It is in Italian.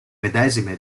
medesime